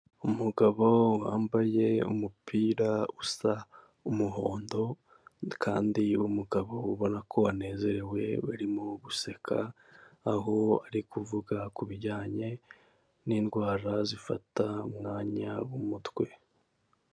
Umugabo wambaye umupira usa umuhondo kandi uy mugabo ubona ko wanezerewe urimo guseka, aho ari kuvuga kubijyanye n'indwara zifata umwanya w'umutwe.